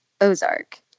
ozark